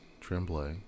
Tremblay